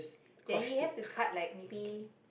then you have to cut like maybe